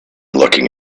looking